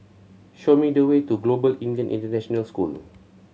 show me the way to Global Indian International School